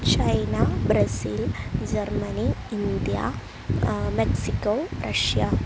China Brazil Germany India Mexico Russia